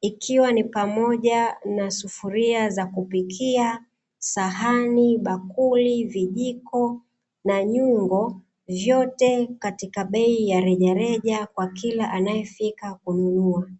ikiwa ni pamoja na sufuria za kupikia, sahani, bakuli, vijiko na nyungo vyote katika bei ya rejareja kwa kila anayefika kununua.